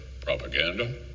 propaganda